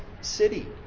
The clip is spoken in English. city